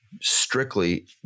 strictly